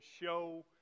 show